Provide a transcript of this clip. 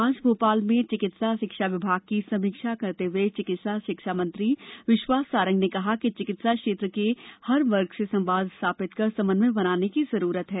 आज भोपाल में चिकित्सा शिक्षा विभाग की समीक्षा करते हुए चिकित्सा शिक्षा मंत्री विश्वास सारंग ने कहा कि चिकित्सा क्षेत्र के हर वर्ग से संवाद स्थापित कर समन्वय बनाने की जरूरत है